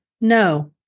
no